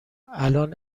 الان